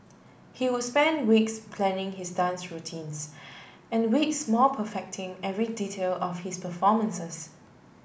he would spend weeks planning his dance routines and weeks more perfecting every detail of his performances